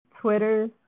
Twitter